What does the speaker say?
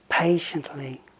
patiently